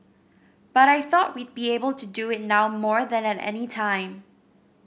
but I thought we'd be able to do it now more than at any time